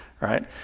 right